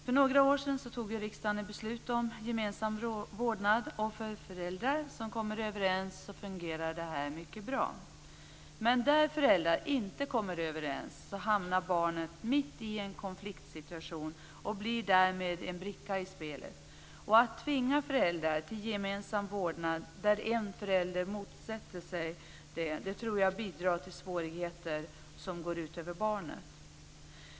För några år sedan fattade riksdagen beslut om gemensam vårdnad. För föräldrar som kommer överens fungerar det här mycket bra. Men där föräldrar inte kommer överens hamnar barnet mitt i en konfliktsituation och blir därmed en bricka i spelet. Att tvinga föräldrar till gemensam vårdnad, där en förälder motsätter sig det, tror jag bidrar till svårigheter som går ut över barnet.